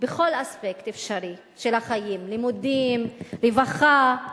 בכל אספקט אפשרי של החיים לימודים, רווחה,